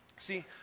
See